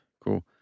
cool